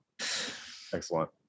Excellent